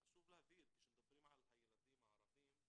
חשוב להבין שכאשר מדברים על הילדים הערבים,